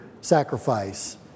sacrifice